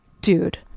dude